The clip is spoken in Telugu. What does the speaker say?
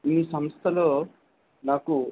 మీ సంస్థలో నాకు